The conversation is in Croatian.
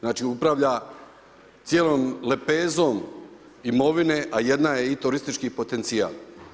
Znači, upravlja cijelom lepezom imovine, a jedna je i turistički potencijal.